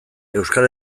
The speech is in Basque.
euskal